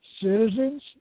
Citizens